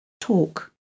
talk